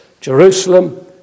Jerusalem